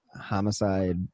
homicide